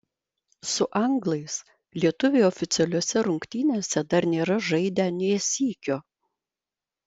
su anglais lietuviai oficialiose rungtynėse dar nėra žaidę nė sykio